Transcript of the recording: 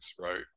right